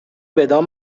بدان